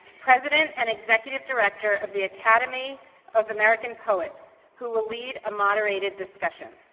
president and executive director of the academy of american poets, who will lead a moderated discussion.